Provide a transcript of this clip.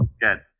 good